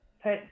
put